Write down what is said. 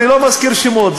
אני לא מזכיר שמות.